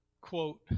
quote